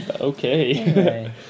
Okay